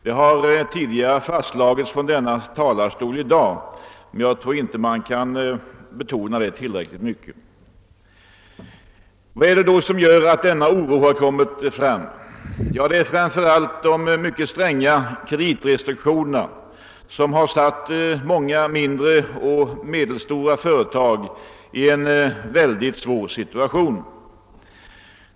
Detta har tidigare i dag fastslagits från denna talarstol, men jag tror inte att man kan betona det tillräckligt mycket. Vad är det då som gör att denna oro har kommit fram? Framför allt är det de stränga kreditrestriktionerna, som satt många mindre och medelstora företag i en svår situation.